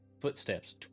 footsteps